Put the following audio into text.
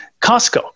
Costco